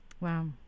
Wow